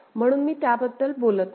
म्हणून मी त्याबद्दल बोलत नाही